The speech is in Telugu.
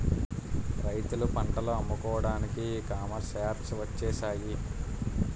రైతులు పంటలు అమ్ముకోవడానికి ఈ కామర్స్ యాప్స్ వచ్చేసాయి